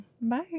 Bye